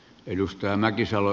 arvoisa puhemies